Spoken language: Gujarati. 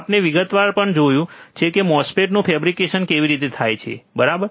આપણે વિગતવાર પણ જોયું છે કે મોસ્ફેટ નુ ફેબ્રિકેશન કેવી રીતે થાય છે બરાબર